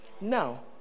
Now